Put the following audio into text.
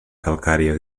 calcària